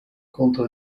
contro